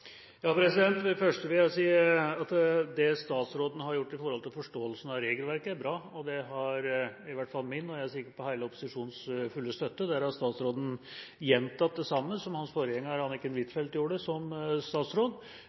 vil jeg si at det statsråden har gjort når det gjelder forståelsen av regelverket, er bra, og det har i hvert fall min og – jeg er sikker på – hele opposisjonens fulle støtte. Der har statsråden gjentatt det samme som hans forgjenger Anniken Huitfeldt gjorde som statsråd,